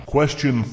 Question